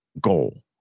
goal